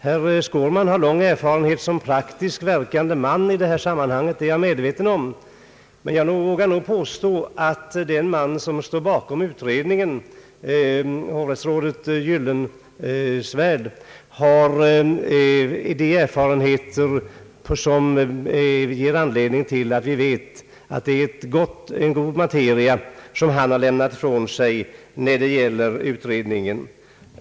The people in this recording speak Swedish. Herr Skårman har lång erfarenhet som praktiskt verkande man i detta sammanhang, det är jag medveten om. Jag vågar ändå påstå att den som står bakom utredningen, hovrättsrådet Gyllenswärd, har sådana erfarenheter att vi vet att det är en god materia som han har lämnat ifrån sig i utredningen.